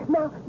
Now